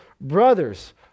brothers